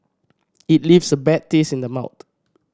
it leaves a bad taste in the mouth